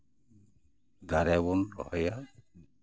ᱫᱟᱨᱮ ᱵᱚᱱ ᱨᱚᱦᱚᱭᱟ